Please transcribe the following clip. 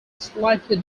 slightly